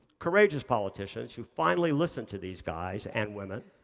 courageous politicians who finally listened to these guys and women,